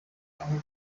aho